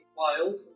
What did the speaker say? wild